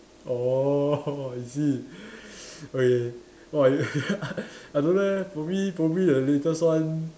orh is it okay !wah! I don't know eh probably probably the latest one